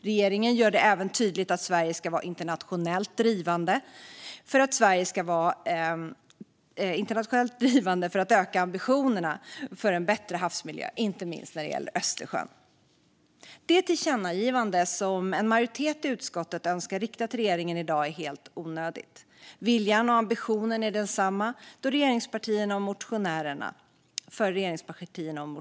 Regeringen gör det även tydligt att Sverige ska vara internationellt drivande för att öka ambitionerna för en bättre havsmiljö, inte minst när det gäller Östersjön. Det tillkännagivande som en majoritet i utskottet önskar rikta till regeringen i dag är helt onödigt. Viljan och ambitionen är densamma för regeringspartierna och motionärerna.